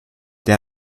der